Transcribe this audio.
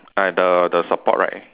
I the the support right